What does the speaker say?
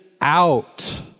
out